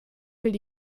will